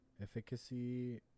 efficacy